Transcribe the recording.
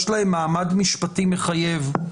יש להם מעמד משפטי מחייב,